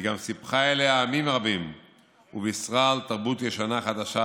היא סיפחה אליה עמים רבים ובישרה על תרבות ישנה-חדשה,